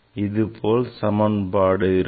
இதுபோல் சமன்பாடு இருக்கும்